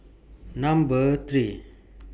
Number three